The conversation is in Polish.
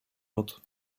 nut